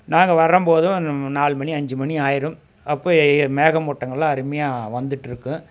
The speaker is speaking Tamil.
நாங்கள் வரும்போதும் நாலு மணி அஞ்சு மணி ஆகிரும் அப்போ மேகமூட்டங்களெலாம் அருமையாக வந்துகிட்ருக்கும்